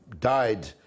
died